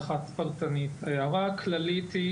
כללית: